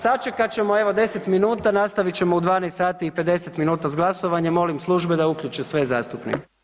Sačekat ćemo evo, 10 minuta, nastavit ćemo u 12 sati i 50 minuta s glasovanjem, molim službe da uključe sve zastupnike.